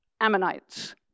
Ammonites